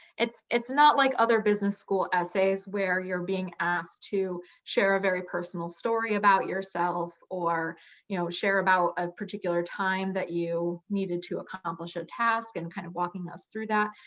it's it's not like other business school essays where you're being asked to share a very personal story about yourself or you know share about a particular time that you needed to accomplish a task and kind of walking us through that.